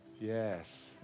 Yes